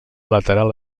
lateral